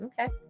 Okay